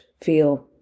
feel